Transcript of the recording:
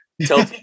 Tell